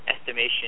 estimation